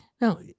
No